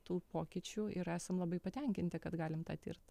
tų pokyčių ir esam labai patenkinti kad galim patirt